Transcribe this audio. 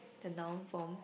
the noun form